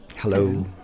Hello